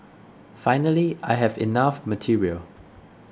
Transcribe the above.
finally I have enough material